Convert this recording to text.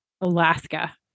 Alaska